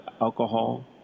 alcohol